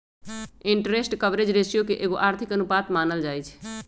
interest coverage ratio के एगो आर्थिक अनुपात मानल जाइ छइ